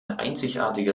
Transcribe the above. einzigartige